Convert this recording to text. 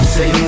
Say